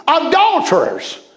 adulterers